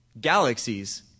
galaxies